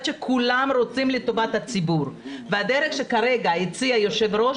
שכולם רוצים את טובת הציבור והדרך שכרגע הציע היו"ר,